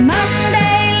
Monday